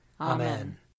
Amen